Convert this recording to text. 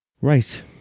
Right